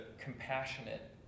compassionate